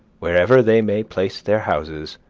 wherever they may place their houses,